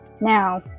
now